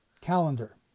calendar